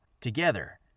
Together